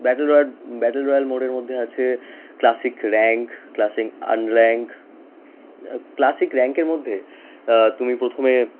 battle royale battle royale মোডের মধ্যে আছে classic rank classic unranked classic র্যাঙ্কের মধ্যে তুমি প্রথমে